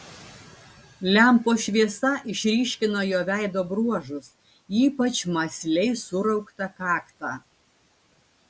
lempos šviesa išryškino jo veido bruožus ypač mąsliai surauktą kaktą